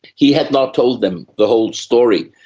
he had not told them the whole story.